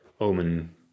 Omen